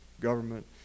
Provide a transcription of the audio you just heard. government